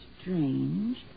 Strange